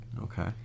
Okay